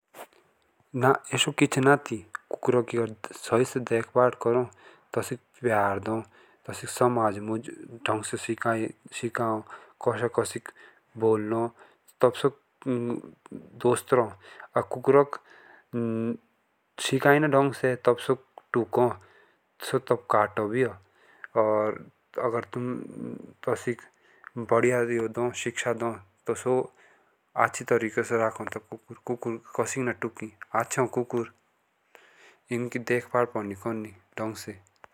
ना एसो कुछ ना आती कुकुरों की सोए से देख बाल करो तौसिक पियार दो तास्की समाज मुझ दग से सीखाओ कोसो कोसिक बुकनो तब सो दोस्त रो कुकुरोक अगर सीखेना दागसे सू तुको सू काटो भी अगर तुम सासिक बदीया से सीखाओ तब सो आछी तरीके से रो कुकुर कोसिक ना तुकी आछे हो कुकुर